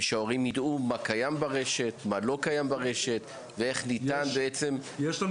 שההורים ידעו מה קיים ברשת ואיך ניתן בעצם --- יש לנו